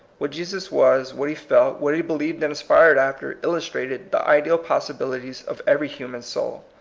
what jesus was, what he felt, what he believed and aspired after, illustrated the ideal possibilities of every human soul.